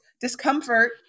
discomfort